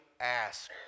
ask